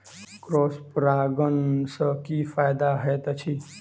Cross परागण सँ की फायदा हएत अछि?